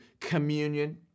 communion